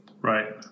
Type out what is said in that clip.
Right